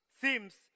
seems